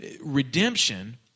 redemption